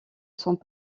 sont